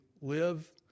live